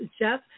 Jeff